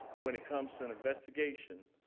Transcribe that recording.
when it comes to an investigation,